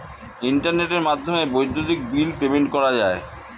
ইন্টারনেটের মাধ্যমে বৈদ্যুতিক বিল পেমেন্ট করা যায়